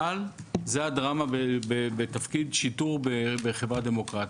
אבל זאת הדרמה בתפקיד שיטור בחברה דמוקרטית.